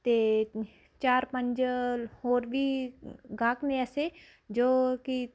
ਅਤੇ ਚਾਰ ਪੰਜ ਹੋਰ ਵੀ ਗਾਹਕ ਨੇ ਐਸੇ ਜੋ ਕਿ